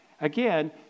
Again